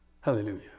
Hallelujah